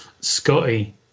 Scotty